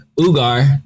Ugar